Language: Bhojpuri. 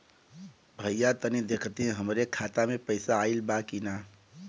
भईया तनि देखती हमरे खाता मे पैसा आईल बा की ना?